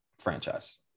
franchise